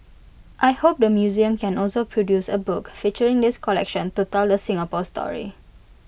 I hope the museum can also produce A book featuring this collection to tell the Singapore story